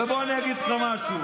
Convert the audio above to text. בוא אני אגיד לך משהו.